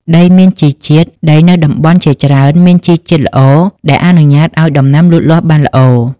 ដីមានជីជាតិ ដីនៅតំបន់ជាច្រើនមានជីជាតិល្អ ដែលអនុញ្ញាតឲ្យដំណាំលូតលាស់បានល្អ។